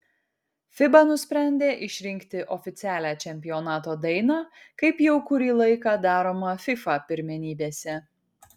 fiba nusprendė išrinkti oficialią čempionato dainą kaip jau kurį laiką daroma fifa pirmenybėse